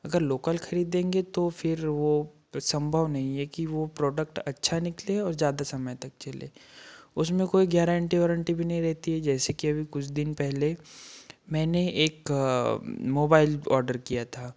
अगर लोकल खरीदेंगे तो फिर वो संभव नहीं है कि वो प्रोडक्ट अच्छा निकले और ज्यादा समय तक चले उसमें कोई गारंटी वारंटी भी नहीं रहती है जैसे कि अभी कुछ दिन पहले मैंने एक मोबाइल ऑर्डर किया था